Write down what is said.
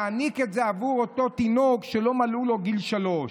להעניק את זה עבור אותו תינוק שלא מלאו לו שלוש שנים.